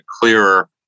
clearer